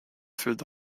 through